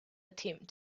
attempt